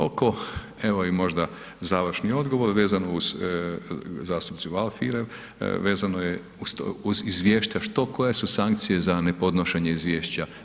Oko, evo i možda, završni odgovor, vezano uz zastupnicu Alfirev, vezano je uz izvješće što, koje su sankcije za nepodnošenje izvješća.